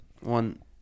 one